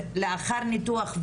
לאחר ניתוח,